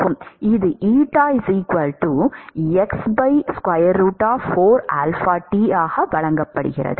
இது ஆக வழங்கப்படுகிறது